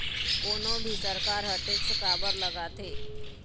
कोनो भी सरकार ह टेक्स काबर लगाथे?